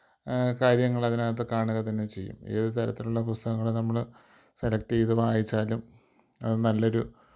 കാര്യങ്ങൾ അതിനകത്ത് കാണുക തന്നെ ചെയ്യും ഏത് തരത്തിലുള്ള പുസ്തകങ്ങൾ നമ്മൾ സെലക്റ്റ് ചെയ്ത് വായിച്ചാലും അത് നല്ലൊരു